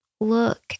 Look